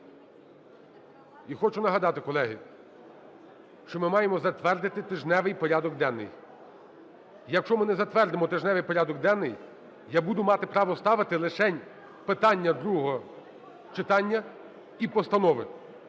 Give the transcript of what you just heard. І хочу нагадати, колеги, що ми маємо затвердити тижневий порядок денний. Якщо ми не затвердимо тижневий порядок денний, я буду мати право ставити лишень питання другого читання і постанови.